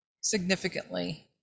significantly